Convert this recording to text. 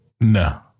No